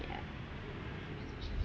yeah